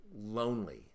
lonely